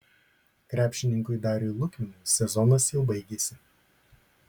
krepšininkui dariui lukminui sezonas jau baigėsi